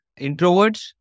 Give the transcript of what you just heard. introverts